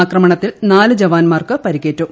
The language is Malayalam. ആക്രമണത്തിൽ നാല് ജവാന്മാർക്ക് പരിക്കേറ്റു